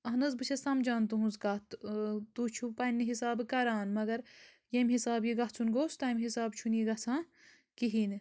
اہن حظ بہٕ چھیٚس سَمجھان تہنٛز کَتھ تہٕ ٲں تُہۍ چھُو پننہِ حِسابہٕ کَران مگر ییٚمہِ حِسابہٕ یہِ گژھُن گوٚژھ تَمہِ حِسابہٕ چھُنہٕ یہِ گژھان کِہیٖنۍ نہٕ